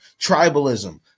tribalism